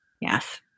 Yes